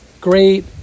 great